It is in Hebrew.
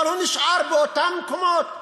אבל הוא נשאר באותם מקומות.